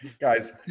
guys